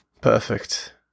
Perfect